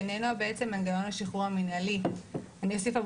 שעניינו מנגנון השחרור המינהלי אני אוסיף,